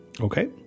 Okay